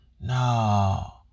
No